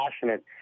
passionate